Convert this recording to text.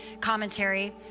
commentary